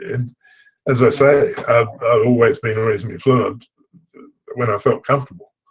and as i said i've always been reasonably fluent when i felt comfortable.